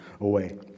away